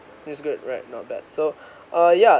it's good right not bad so uh yeah